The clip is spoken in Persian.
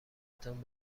تان